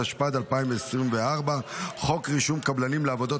התשפ"ד 2024. חוק רישום קבלנים לעבודות